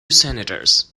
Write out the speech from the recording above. senators